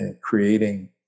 creating